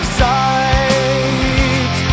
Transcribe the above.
sight